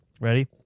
Ready